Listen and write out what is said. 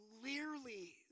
clearly